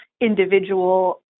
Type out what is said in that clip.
individual